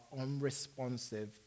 unresponsive